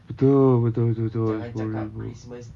betul betul betul betul sepuluh ribu